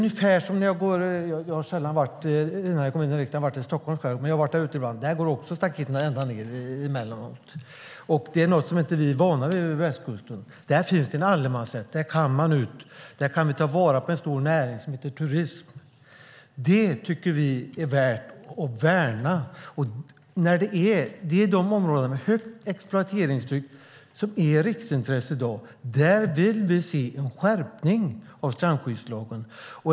Innan jag kom i riksdagen var jag sällan i Stockholms skärgård, men jag har varit där ibland. Där går också staketen ända ned till vattnet ibland. Det är något som vi inte är vana vid på västkusten. Där finns det en allemansrätt. Där kan vi ta vara på en stor näring som heter turism. Det tycker vi är värt att värna. Det är de områden med högt exploateringstryck som är riksintressen i dag. Där vill vi se en skärpning av strandskyddslagen.